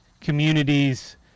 communities